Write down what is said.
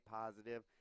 positive